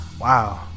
Wow